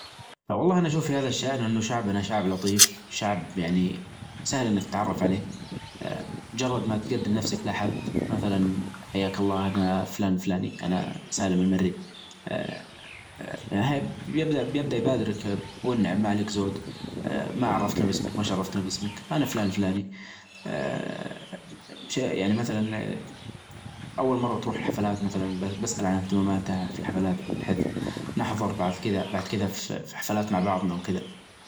والله أنا أشوف في هذا الشأن أنه شعبنا شعب لطيف شعب يعني سهل أنك تتعرف عليه مجرد ما تقدم نفسك لأحد مثلا حياك الله أنا فلان الفلاني أنا سالم المريخ آآ بيبدأ-بيبدأ يبادر ما عليك زود آآ ما عرفتنا باسمك ما شرفتنا باسمك أنا فلان آآ يعني مثلا آآ أول مرة تروح حفلات مثلا بسأل عن اهتماماتها في الحفلات بحيث نحضر بعد كذا بعد كذا في حفلات مع بعضنا وكذا.